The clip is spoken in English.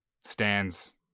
stands